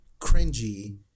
cringy